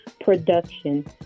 production